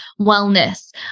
wellness